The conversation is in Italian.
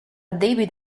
david